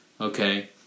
okay